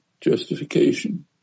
Justification